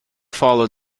follow